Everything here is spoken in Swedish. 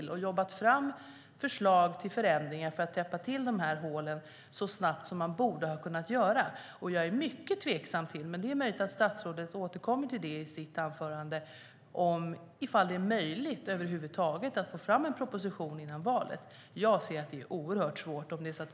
Man har inte jobbat fram förslag till förändringar för att täppa till dessa hål så snabbt som man borde ha kunnat göra. Jag är mycket tveksam till att det över huvud taget skulle vara möjligt att få fram en proposition före valet, med tanke på att utredningen ska lämna sitt betänkande i juli i år.